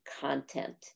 content